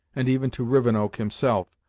and even to rivenoak, himself,